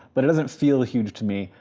but it doesn't feel huge to me.